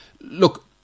look